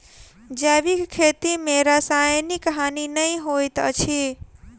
जैविक खेती में रासायनिक हानि नै होइत अछि